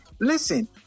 listen